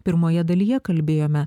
pirmoje dalyje kalbėjome